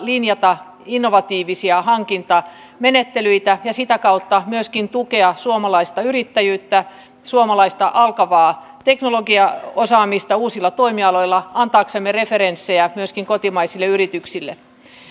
linjata innovatiivisia hankintamenettelyitä ja sitä kautta myöskin tukea suomalaista yrittäjyyttä suomalaista alkavaa teknologiaosaamista uusilla toimialoilla antaaksemme referenssejä myöskin kotimaisille yrityksille